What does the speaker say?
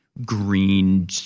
green